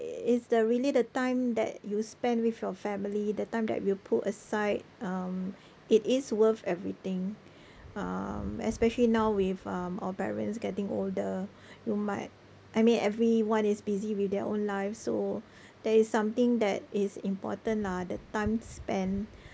it's the really the time that you spend with your family the time that you put aside um it is worth everything um especially now with um our parents getting older you might I mean everyone is busy with their own life so that is something that is important lah the time spent